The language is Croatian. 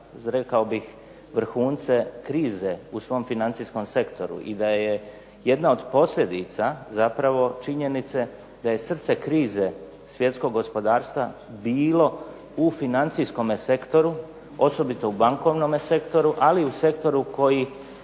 rekao bih vrhunce krize u svom financijskom sektoru i da je jedna od posljedica zapravo činjenice da je srce krize svjetskog gospodarstva bilo u financijskome sektoru osobito u bankovnom sektoru, ali i u sektoru koji